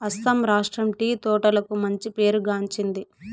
అస్సాం రాష్ట్రం టీ తోటలకు మంచి పేరు గాంచింది